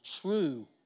true